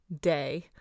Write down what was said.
day